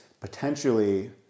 potentially